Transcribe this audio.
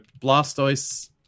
Blastoise